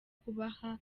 kubaha